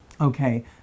Okay